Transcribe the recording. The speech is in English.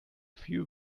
few